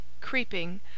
creeping